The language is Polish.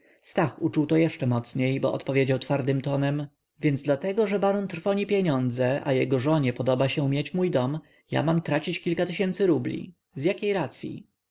to jeszcze mocniej bo odpowiedział twardym tonem więc dlatego że baron trwoni pieniądze a jego żonie podoba się mieć mój dom ja mam tracić kilka tysięcy rubli z jakiej racyi